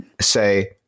say